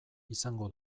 izango